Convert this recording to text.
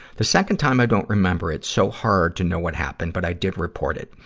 the second time, i don't remember it. so hard to know what happened, but i did report it.